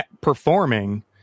performing